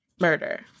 Murder